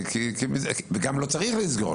וגם לא צריך לסגור.